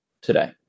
today